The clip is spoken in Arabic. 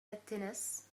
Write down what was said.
التنس